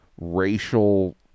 racial